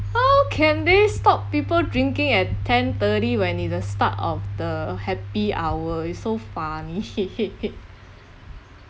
how can they stop people drinking at ten thirty when is the start of the happy hour is so funny